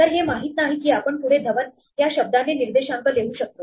तर हे माहित नाही की आपण पुढे धवन या शब्दाने निर्देशांक लिहू शकतो